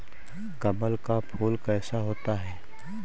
कमल का फूल कैसा होता है?